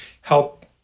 help